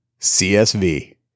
CSV